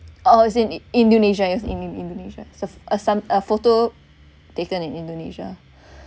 oh is in indonesia is in indonesia it's a some~ a photo taken in indonesia